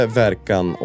verkan